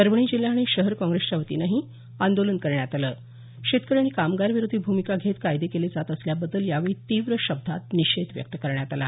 परभणी जिल्हा आणि शहर काँग्रेसच्या वतीनंही आंदोलन करण्यात आलं शेतकरी आणि कामगारविरोधी भूमिका घेत कायदे केले जात असल्याबद्दल यावेळी तीव्र शब्दात निषेध व्यक्त करण्यात आला